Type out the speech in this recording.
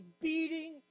beating